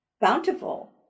Bountiful